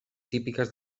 típiques